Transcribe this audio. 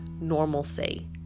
normalcy